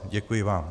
Děkuji vám.